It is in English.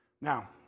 Now